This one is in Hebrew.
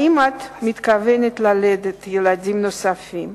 האם את מתכוונת ללדת ילדים נוספים?